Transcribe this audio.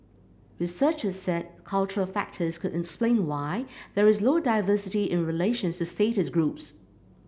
researchers said cultural factors could explain why there is low diversity in relation to status groups